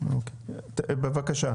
בבקשה.